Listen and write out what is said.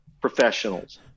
professionals